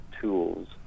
tools